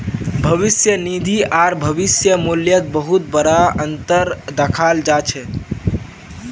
भविष्य निधि आर भविष्य मूल्यत बहुत बडा अनतर दखाल जा छ